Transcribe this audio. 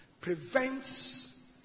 prevents